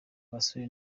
abasore